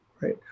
right